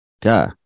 duh